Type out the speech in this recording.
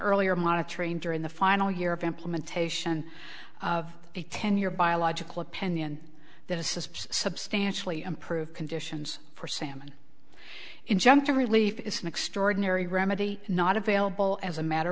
earlier monitoring during the final year of implementation of a ten year biological opinion that assists substantially improved conditions for salmon injunctive relief is an extraordinary remedy not available as a matter